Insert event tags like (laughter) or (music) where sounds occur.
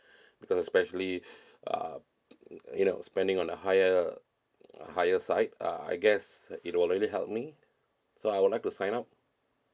(breath) because especially (breath) uh you know spending on a higher a higher side uh I guess uh it will really help me so I would like to sign up